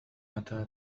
متى